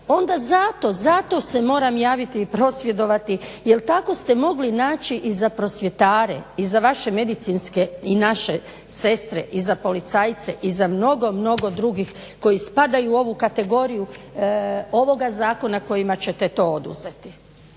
onda zato, zato se moram javiti i prosvjedovati jer tako ste mogli naći i za prosvjetare i za vaše medicinske i naše sestre i za policajce i za mnogo, mnogo drugih koji spadaju u ovu kategoriju ovoga zakona kojima ćete to oduzeti.